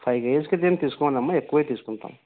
five కెజిస్కి దీన్నితీసుకోవాలమ్మా ఎక్కువే తీసుకుంటాం